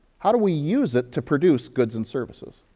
how do we use it to produce goods and services?